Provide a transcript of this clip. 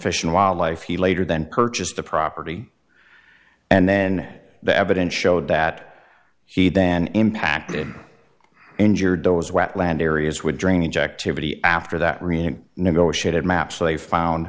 fish and wildlife he later then purchased the property and then the evidence showed that he then impacted injured those wetland areas with drainage activity after that reno negotiated maps they found